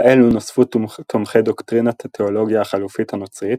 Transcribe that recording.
לאלו נוספו תומכי דוקטרינת התאולוגיה החלופית הנוצרית,